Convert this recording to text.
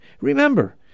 remember